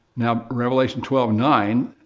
now, revelation twelve nine,